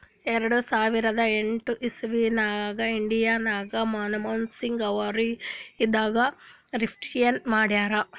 ಎರಡು ಸಾವಿರದ ಎಂಟ್ ಇಸವಿದಾಗ್ ಇಂಡಿಯಾ ನಾಗ್ ಮನಮೋಹನ್ ಸಿಂಗ್ ಅವರು ಇದ್ದಾಗ ರಿಫ್ಲೇಷನ್ ಮಾಡಿರು